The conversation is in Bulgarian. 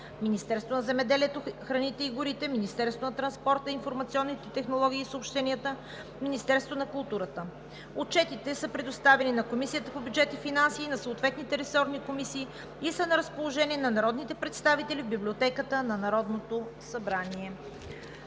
Министерството на земеделието, храните и горите, Министерството на транспорта, информационните технологии и съобщенията и Министерството на културата. Отчетите са предоставени на Комисията по бюджет и финанси и на съответните ресорни комисии и са на разположение на народните представители в Библиотеката на Народното събрание.